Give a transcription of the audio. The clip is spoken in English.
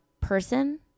person